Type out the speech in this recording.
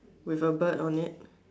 with a bird on it